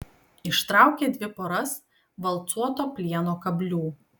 ištraukė dvi poras valcuoto plieno kablių